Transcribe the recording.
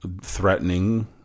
threatening